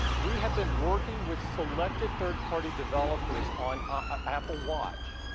we have been working with selected third party developers on ah apple watch.